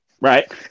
Right